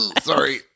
Sorry